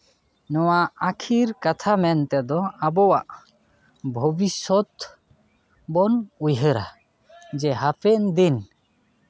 ᱱᱚᱣᱟ ᱟᱹᱠᱷᱤᱨ ᱠᱟᱛᱷᱟ ᱢᱮᱱ ᱛᱮᱫᱚ ᱟᱵᱚᱣᱟᱜ ᱵᱷᱚᱵᱤᱥᱥᱚᱛ ᱵᱚᱱ ᱩᱭᱦᱟᱹᱨᱟ ᱡᱮ ᱦᱟᱯᱮᱱ ᱫᱤᱱ